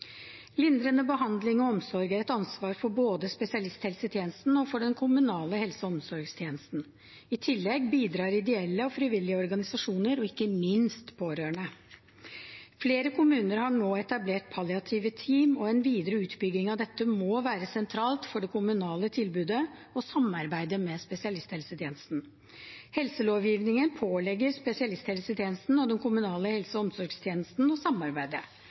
Lindrende behandling og omsorg er et ansvar for både spesialisthelsetjenesten og den kommunale helse- og omsorgstjenesten. I tillegg bidrar ideelle og frivillige organisasjoner, og ikke minst pårørende. Flere kommuner har nå etablert palliative team, og en videre utbygging av dette må være sentralt for det kommunale tilbudet og samarbeidet med spesialisthelsetjenesten. Helselovgivningen pålegger spesialisthelsetjenesten og den kommunale helse- og omsorgstjenesten å samarbeide.